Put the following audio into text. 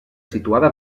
situada